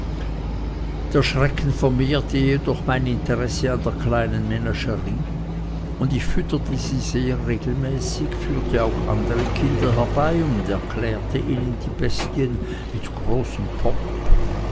der schrecken vermehrte jedoch mein interesse an der kleinen menagerie und ich fütterte sie sehr regelmäßig führte auch andere kinder herbei und erklärte ihnen die bestien mit großem pomp